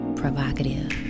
provocative